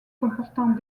comportant